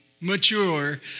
mature